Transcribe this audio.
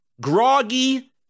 groggy